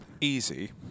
easy